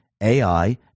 AI